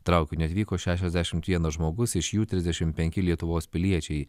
traukiniu atvyko šešiasdešimt vienas žmogus iš jų trisdešim penki lietuvos piliečiai